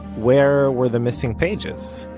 where were the missing pages?